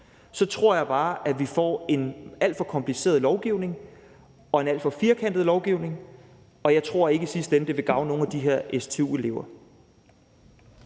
tror jeg bare, at vi får en alt for kompliceret lovgivning og en alt for firkantet lovgivning, og jeg tror ikke, at det i sidste ende vil gavne nogen af de her stu-elever.